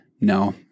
No